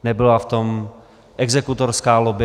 Nebyla v tom exekutorská lobby.